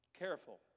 Careful